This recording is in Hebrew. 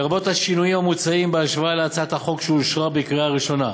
לרבות השינויים המוצעים בהשוואה להצעת החוק שאושרה בקריאה ראשונה.